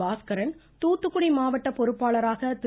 பாஸ்கரனும் தூத்துக்குடி மாவட்டம் பொறுப்பாளராக திரு